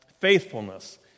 faithfulness